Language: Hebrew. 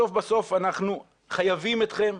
בסוף בסוף אנחנו חייבים אתכם,